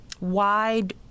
wide